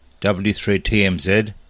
W3TMZ